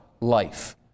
life